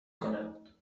کند